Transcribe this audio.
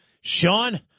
Sean